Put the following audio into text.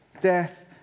death